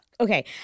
okay